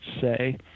say